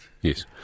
Yes